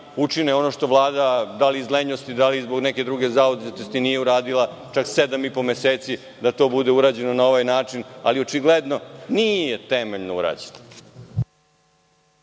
učine ono što Vlada, da li iz lenjosti ili zbog neke druge zauzetosti, nije uradila, čak sedam i po meseci, da to bude urađeno na ovaj način, ali očigledno nije temeljno urađeno.